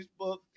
Facebook